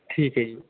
ਠੀਕ ਹੈ ਜੀ